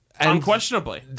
unquestionably